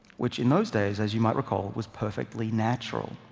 which in those days, as you might recall, was perfectly natural.